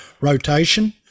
rotation